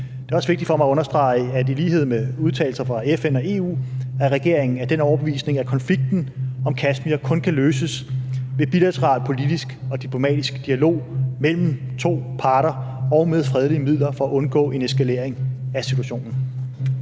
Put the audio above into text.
Det er også vigtigt for mig at understrege, at i lighed med udtalelser fra FN og EU er regeringen af den overbevisning, at konflikten om Kashmir kun kan løses ved bilateral politisk og diplomatisk dialog mellem to parter og med fredelige midler for at undgå en eskalering af situationen.